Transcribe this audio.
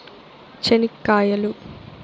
చెనిక్కాయలు